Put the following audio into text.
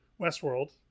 Westworld